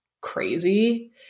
crazy